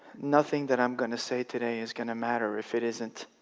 nothing that i'm going to say today is going to matter if it isn't